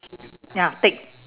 ya take